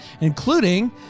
including